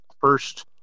first